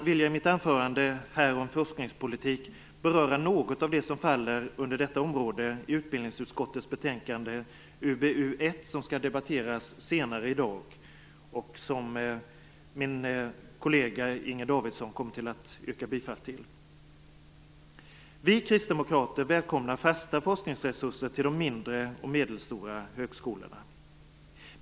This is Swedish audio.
I mitt anförande om forskningspolitik vill jag något beröra det som faller under detta område i utbildningsutskottets betänkande UbU1 som skall debatteras senare i dag och som min kollega Inger Davidson kommer att kommentera. Vi kristdemokrater välkomnar fasta forskningsresurser för de mindre och medelstora högskolorna.